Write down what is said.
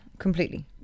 Completely